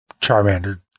Charmander